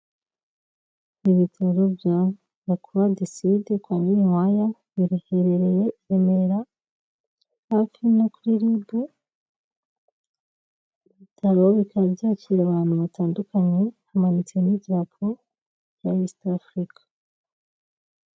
Ibitaro bya mukura deside kwa Nyirinkwaya biherereye i Remera hafi no kuri RIB, ibi bitaro bikaba byakira abantu batandukanye hamanitsemo icyapa cya isita Afurika.